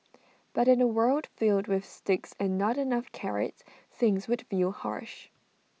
but in A world filled with sticks and not enough carrots things would feel harsh